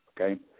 Okay